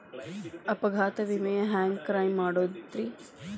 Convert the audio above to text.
ಅಪಘಾತ ವಿಮೆನ ಹ್ಯಾಂಗ್ ಕ್ಲೈಂ ಮಾಡೋದ್ರಿ?